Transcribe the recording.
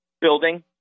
building